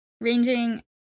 ranging